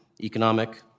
economic